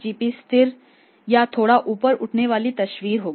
GP स्थिर या थोड़ा ऊपर उठने वाली तस्वीर होगी